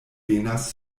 venas